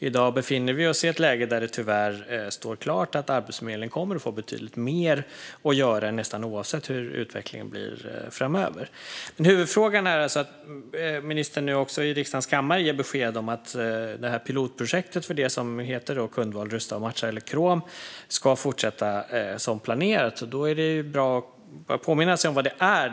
I dag befinner vi oss i ett läge där det tyvärr står klart att Arbetsförmedlingen kommer att få betydligt mer att göra nästan oavsett hurdan utvecklingen blir framöver. Huvudfrågan är att ministern nu också i riksdagens kammare ger besked om att pilotprojektet för Kundval rusta och matcha, KROM, ska fortsätta som planerat. Då är det bra att påminna sig om vad detta är.